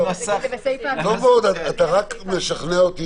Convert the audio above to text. אתה רק משכנע אותי,